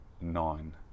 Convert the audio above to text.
nine